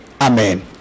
Amen